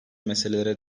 meselelere